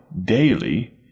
daily